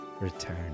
return